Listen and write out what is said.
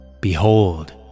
Behold